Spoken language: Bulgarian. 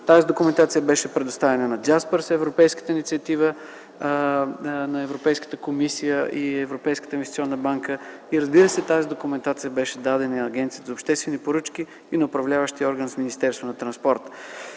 без граници”, тя беше предоставена и на Джаспър - европейската инициатива на Европейската комисия и Европейската инвестиционна банка. Разбира се, тази документация беше дадена и на Агенцията за обществените поръчки, и на управляващия орган в Министерството на транспорта,